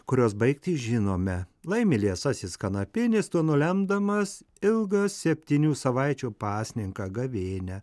kurios baigtį žinome laimi liesasis kanapinis tuo nulemdamas ilgą septynių savaičių pasninką gavėnią